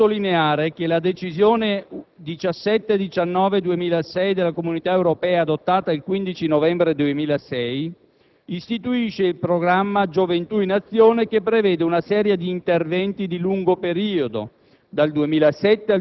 intendo sottolineare che la decisione 1719/2006/CE, adottata il 15 novembre 2006, istituisce il programma «Gioventù in azione», che prevede una serie di interventi di lungo periodo,